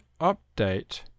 update